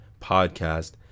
podcast